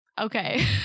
Okay